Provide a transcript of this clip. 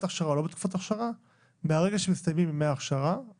הכשרה או לא - מרגע שמסתיימים ימי האבטלה,